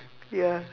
ya